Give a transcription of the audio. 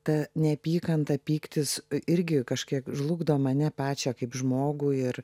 ta neapykanta pyktis irgi kažkiek žlugdo mane pačią kaip žmogų ir